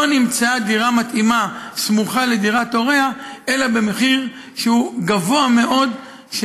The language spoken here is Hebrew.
לא נמצאה דירה מתאימה סמוכה לדירת הוריה אלא במחיר שהוא גבוה מאוד,